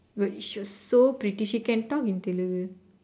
but she was so pretty she can talk in Telugu